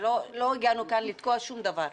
לא הגענו לכאן לתקוע שום דבר.